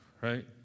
right